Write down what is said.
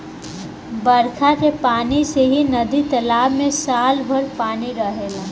बरखा के पानी से ही नदी तालाब में साल भर पानी रहेला